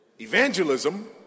Evangelism